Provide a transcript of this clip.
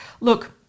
look